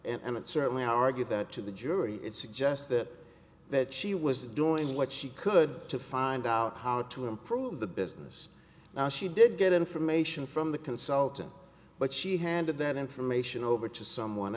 and it certainly argue that to the jury it suggests that that she was doing what she could to find out how to improve the business now she did get information from the consultant but she handed that information over to someone